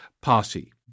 party